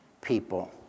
people